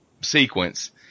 sequence